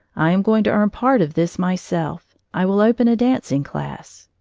i am going to earn part of this myself. i will open a dancing class.